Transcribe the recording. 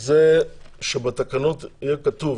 זה שבתקנות יהיה כתוב,